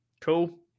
Cool